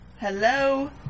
Hello